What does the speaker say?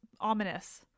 ominous